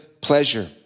pleasure